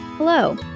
Hello